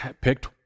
picked